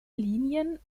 linien